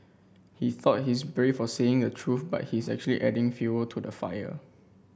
he thought he's brave for saying the truth but he's actually adding fuel to the fire